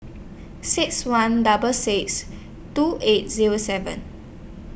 six one double six two eight Zero seven